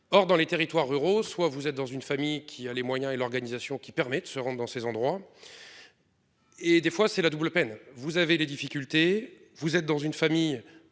Or dans les territoires ruraux, soit vous êtes dans une famille qui a les moyens et l'organisation qui permet de se rendre dans ces endroits. Et des fois c'est la double peine. Vous avez les difficultés, vous êtes dans une famille